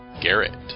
Garrett